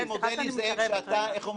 צריך להבין, זה בעלי התפקידים.